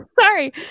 Sorry